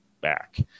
back